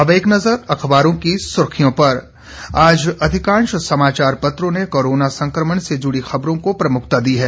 अब एक नजर समाचार पत्रों की सुर्खियों पर आज अधिकांश समाचार पत्रों ने कोरोना संकमण से जुड़ी खबरों को प्रमुखता दी है